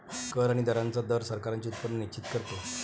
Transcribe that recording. कर आणि दरांचा दर सरकारांचे उत्पन्न निश्चित करतो